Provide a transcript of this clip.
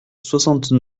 soixante